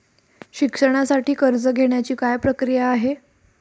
शिक्षणासाठी कर्ज घेण्याची काय प्रक्रिया आहे?